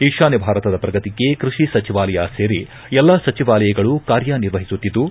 ಈಶಾನ್ಯ ಭಾರತದ ಪ್ರಗತಿಗೆ ಕೃಷಿ ಸಚಿವಾಲಯ ಸೇರಿ ಎಲ್ಲಾ ಸಚಿವಾಲಯಗಳು ಕಾರ್ಯನಿರ್ವಹಿಸುತ್ತಿದ್ದು